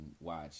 watch